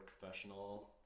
Professional